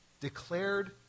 Declared